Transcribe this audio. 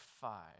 five